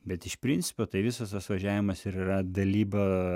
bet iš principo tai visas tas važiavimas ir yra dalyba